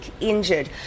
injured